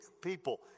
people